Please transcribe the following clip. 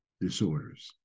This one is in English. disorders